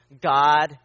God